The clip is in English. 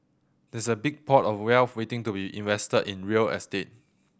there's a big pot of wealth waiting to be invested in real estate